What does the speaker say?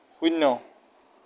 শূন্য